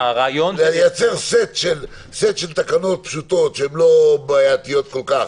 לייצר סט של תקנות פשוטות שהן לא בעייתיות כל-כך